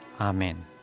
Amen